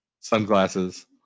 sunglasses